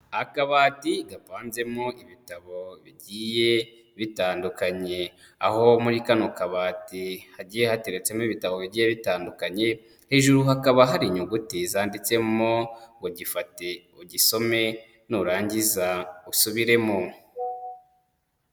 Akabati gapanzemo ibitabo bigiye bitandukanye, aho muri kano kabati hagiye hateretsemo ibitabo bigiye bitandukanye, hejuru hakaba hari inyuguti zanditsemo ngo gifate ugisome nurangiza usubiremo.